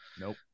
nope